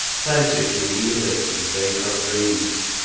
plenteously yielded to the vagrant breeze.